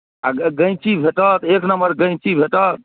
आ आ गैँची भेटत एक नम्मर गैँची भेटत